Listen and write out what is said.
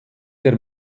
der